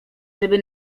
żeby